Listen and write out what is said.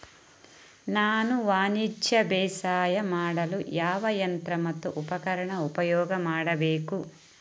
ನಾನು ವಾಣಿಜ್ಯ ಬೇಸಾಯ ಮಾಡಲು ಯಾವ ಯಂತ್ರ ಮತ್ತು ಉಪಕರಣ ಉಪಯೋಗ ಮಾಡಬೇಕು?